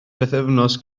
bythefnos